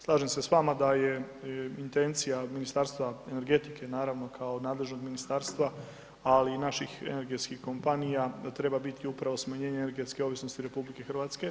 Slažem se s vama da je intencija Ministarstva energetike naravno kao nadležnog ministarstva, ali i naših energetskih kompanija da treba biti upravo smanjenje ovisnosti RH.